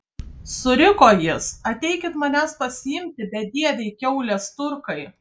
suriko jis ateikit manęs pasiimti bedieviai kiaulės turkai